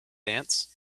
dance